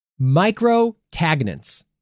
Microtagnants